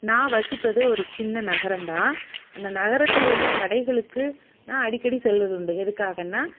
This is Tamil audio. நான் வசிப்பது ஒரு சின்ன நகரம்தான் அந்த நகரத்தில் உள்ள கடைகளுக்கு நான் அடிக்கடி செல்வதுண்டு எதுக்காகன்னா